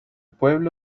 pueblo